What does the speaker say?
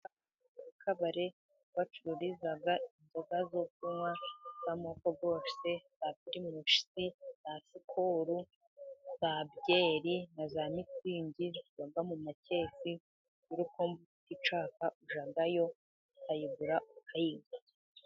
Kabare bacururiza inzoga zo kunywa z'amoko yose yaba purimusi na sikoro, za byeri na za mitsingi ziba mu makese. Iyo urikumva ufite icyaka ujyayo kayigura ukayinwa.